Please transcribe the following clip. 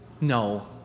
No